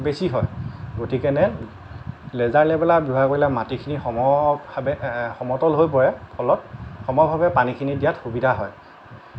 বেছি হয় গতিকেনে লেজাৰ লেভেলাৰ ব্যৱহাৰ কৰিলে মাটিখিনি সমভাৱে সমতল হৈ পৰে ফলত সমভাৱে পানীখিনি দিয়াত সুবিধা হয়